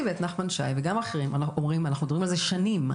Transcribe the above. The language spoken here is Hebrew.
שוחט ואת נחמן שי וגם אחרים אומרים שהם מדברים על זה שנים,